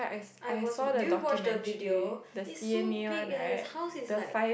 I was did you watch the video is so big eh his house is like